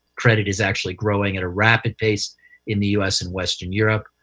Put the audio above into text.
credit is actually growing at a rapid pace in the u s. and western europe.